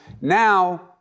Now